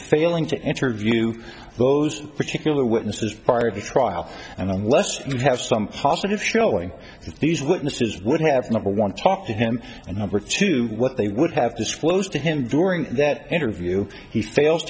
failing to interview those particular witnesses part of the trial and unless you have some positive showing these witnesses would have not want to talk to him and number two what they would have disclosed to him during that interview he fails